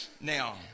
Now